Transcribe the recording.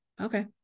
Okay